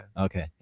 okay